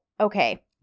okay